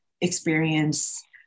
experience